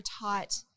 taught